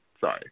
Sorry